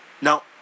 No